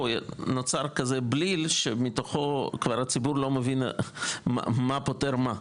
נוצר כזה בליל שמתוכו הציבור כבר לא מבין מה פותר מה.